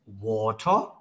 water